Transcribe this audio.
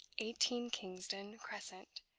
eighteen kingsdown crescent,